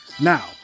Now